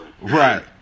right